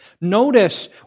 Notice